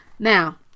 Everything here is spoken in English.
Now